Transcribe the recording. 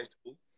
school